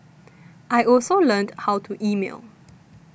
I also learned how to email